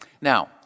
Now